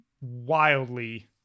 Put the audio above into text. wildly